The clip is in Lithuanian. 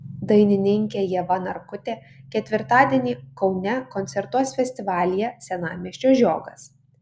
dainininkė ieva narkutė ketvirtadienį kaune koncertuos festivalyje senamiesčio žiogas